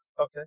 Okay